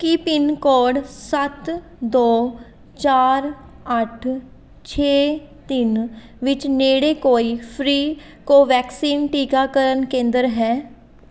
ਕੀ pin code ਸੱਤ ਦੋ ਚਾਰ ਅੱਠ ਛੇ ਤਿੰਨ ਵਿੱਚ ਨੇੜੇ ਕੋਈ ਫ੍ਰੀ ਕੋਵੈਕਸਿਨ ਟੀਕਾਕਰਨ ਕੇਂਦਰ ਹੈ